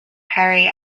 perry